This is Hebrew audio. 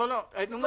נכון.